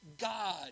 God